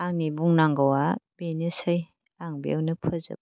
आंनि बुंनांगौ आ बेनोसै आं बेयावनो फोजोबबाय